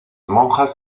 monjas